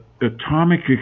atomic